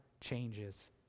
changes